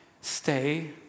Stay